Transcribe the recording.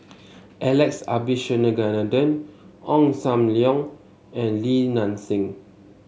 Alex Abisheganaden Ong Sam Leong and Li Nanxing